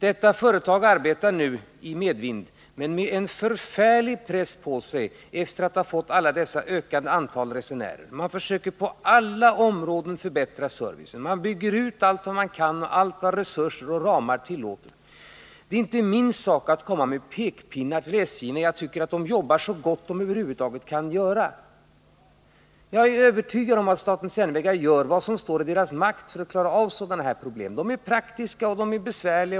Detta företag arbetar nu i medvind men har en förfärlig press på sig sedan man fått alla dessa nya resenärer. Man försöker på alla områden förbättra servicen. Man bygger ut allt vad man kan, så långt resurserna och ramarna tillåter. Det är inte min sak att komma med pekpinnar mot SJ, när jag tycker att man jobbar så bra som det över huvud taget är möjligt. Jag är övertygad om att statens järnvägar gör vad som står i dess makt att klara av sådana här problem. Det gäller praktiska problem som det kan vara besvärligt att lösa.